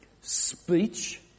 speech